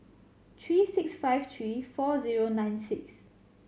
three six five three four zero nine six